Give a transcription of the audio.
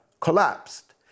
collapsed